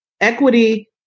equity